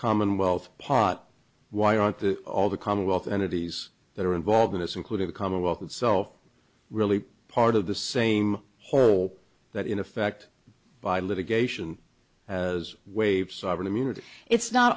commonwealth pot why are all the commonwealth entities that are involved in this including the commonwealth itself really part of the same hole that in effect by litigation as wave sovereign immunity it's not